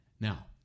Now